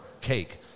cake